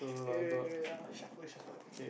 eh wait wait wait I want shuffle shuffle